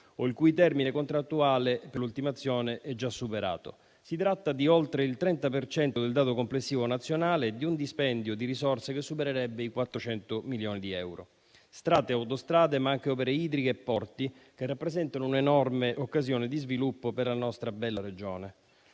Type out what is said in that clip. o il cui termine contrattuale per l'ultimazione è già superato. Si tratta di oltre il 30 per cento del dato complessivo nazionale e di un dispendio di risorse che supererebbe i 400 milioni di euro: strade e autostrade, ma anche opere idriche e porti, che rappresentano un'enorme occasione di sviluppo per la nostra bella Regione.